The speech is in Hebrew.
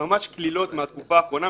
ממש קלילות מהתקופה האחרונה,